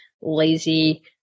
lazy